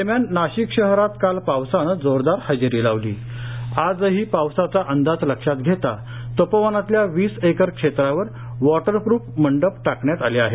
दरम्यान नाशिक शहरात काल पावसानं जोरदार हजेरी लावली आजही पावसाचा अंदाज लक्षात घेता तपोवनातल्या वीस एकर क्षेत्रावर वॉटर प्रूफ मंडपटाकण्यात आले आहेत